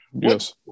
Yes